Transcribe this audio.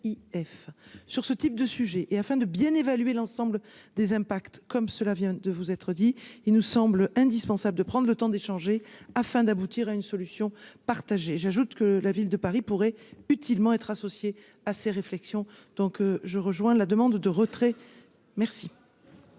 sur ce type de sujet et afin de bien évaluer l'ensemble. Des impacts, comme cela vient de vous être dit il nous semble indispensable de prendre le temps d'échanger afin d'aboutir à une solution partagée, j'ajoute que la Ville de Paris pourrait utilement être associée à ces réflexions, donc je rejoins la demande de retrait merci.